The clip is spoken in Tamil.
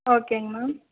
ஓகேங்க மேம்